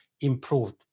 improved